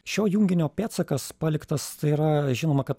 šio junginio pėdsakas paliktas tai yra žinoma kad